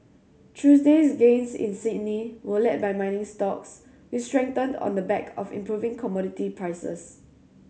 Tuesday's gains in Sydney were led by mining stocks which strengthened on the back of improving commodity prices